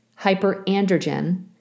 hyperandrogen